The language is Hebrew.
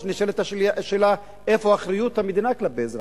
נשאלת השאלה איפה אחריות המדינה כלפי אזרחיה.